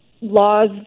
laws